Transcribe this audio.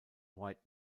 white